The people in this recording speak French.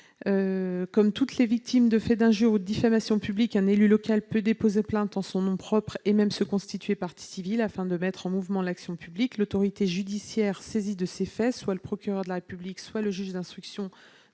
Comme toutes les victimes de faits d'injure ou de diffamation publiques, un élu local peut porter plainte en son nom propre et même se constituer partie civile afin de mettre en mouvement l'action publique. L'autorité judiciaire saisie de ces faits, soit le procureur de la République, soit le juge d'instruction